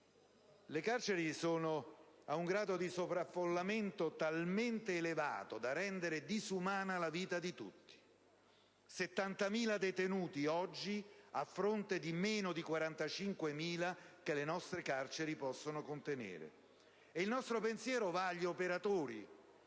Le carceri sono ad un grado di sovraffollamento talmente elevato da rendere disumana la vita di tutti: 70.000 detenuti, oggi, a fronte di meno di 45.000 posti che le nostre carceri possono contenere. Il nostro pensiero va ad operatori,